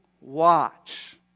watch